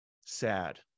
sad